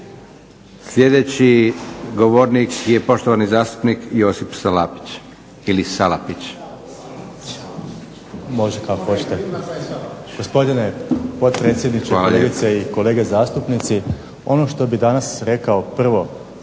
Sljedeći govornik je poštovani zastupnik Josip Salapić ili Salapić. **Salapić, Josip (HDZ)** Gospodine potpredsjedniče, kolegice i kolege zastupnici. Ono što bi danas rekao prvo